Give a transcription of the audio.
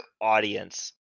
audience